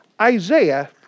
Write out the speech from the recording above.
Isaiah